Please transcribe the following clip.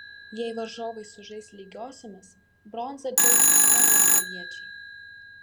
jei varžovai sužais lygiosiomis bronza džiaugsis marijampoliečiai